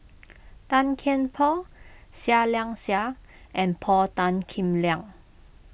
Tan Kian Por Seah Liang Seah and Paul Tan Kim Liang